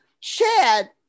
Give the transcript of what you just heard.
Chad